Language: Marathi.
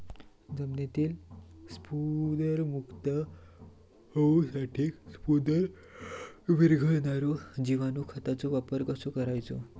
जमिनीतील स्फुदरमुक्त होऊसाठीक स्फुदर वीरघळनारो जिवाणू खताचो वापर कसो करायचो?